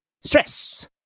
stress